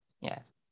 Yes